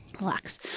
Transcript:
Relax